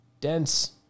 Dense